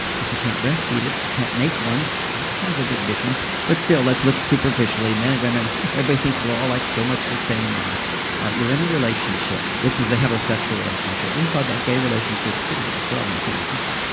course i can't breast feed it. i can't make one that's kind of a big difference. but still, let's look superficially, men and women everybody thinks we're all like so much the same now all right. you're in a relationship. this is a heterosexual relationship. we can talk about gay relationships too, after all, we're in san francisco.